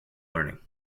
learning